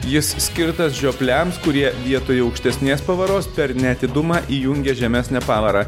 jis skirtas žiopliams kurie vietoj aukštesnės pavaros per neatidumą įjungia žemesnę pavarą